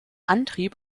antrieb